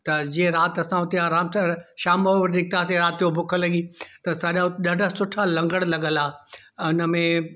त जीअं राति असां उते आराम सां शाम जो निकितासीं राति जो बुख लॻी त ॾाढा सुठा लंगर लॻियलु हा